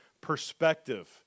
perspective